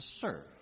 serve